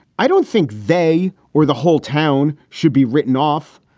i don't think they or the whole town should be written off.